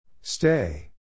Stay